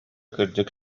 кырдьык